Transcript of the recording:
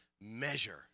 measure